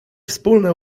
wspólne